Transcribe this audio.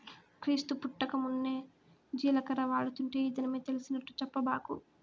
క్రీస్తు పుట్టకమున్నే జీలకర్ర వాడుతుంటే ఈ దినమే తెలిసినట్టు చెప్పబాకు